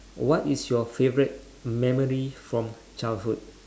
what is your favourite memory from childhood